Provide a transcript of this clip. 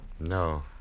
No